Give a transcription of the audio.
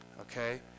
Okay